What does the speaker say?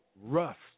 rust